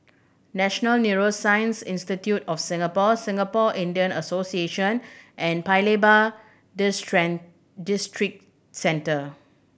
National Neuroscience Institute of Singapore Singapore Indian Association and Paya Lebar Districentre